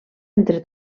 entre